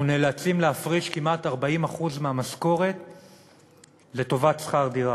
אנחנו נאלצים להפריש כמעט 40% מהמשכורת לטובת שכר דירה.